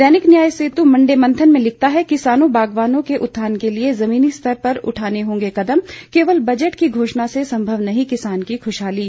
दैनिक Nyay Setu Monday Manthan में लिखता है किसानों बागवानों के उत्थान के लिये जमीनी स्तर पर उठाने होंगे कदम केवल बजट की घोषणा से सम्भव नहीं है किसान की खुशहाली